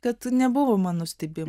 kad nebuvo man nustebimo